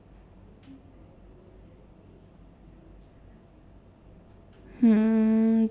hmm